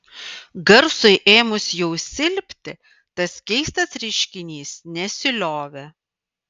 garsui ėmus jau silpti tas keistas reiškinys nesiliovė